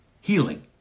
Healing